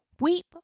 Weep